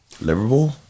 Liverpool